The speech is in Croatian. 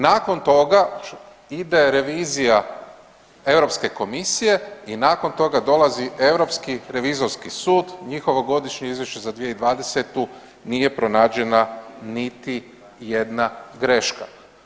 Nakon toga ide revizija Europske komisije i nakon toga dolazi Europski revizorski sud, njihovo godišnje izvješće za 2020. nije pronađena niti jedna greška.